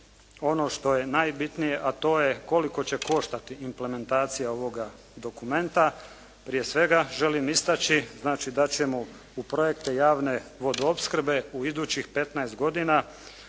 ono što je najbitnije a to je koliko će koštati implementacija ovoga dokumenta. Prije svega, želim istaći da ćemo u projekte javne vodoopskrbe u idućih petnaest godina